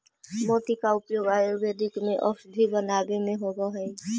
मोती का उपयोग आयुर्वेद में औषधि बनावे में होवअ हई